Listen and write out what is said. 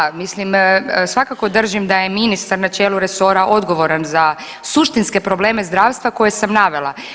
Ovoga, da, mislim svakako držim da je ministar na čelu resora odgovoran za suštinske probleme zdravstva koje sam navela.